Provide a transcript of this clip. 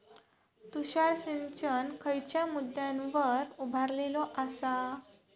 तुषार सिंचन खयच्या मुद्द्यांवर उभारलेलो आसा?